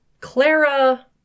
Clara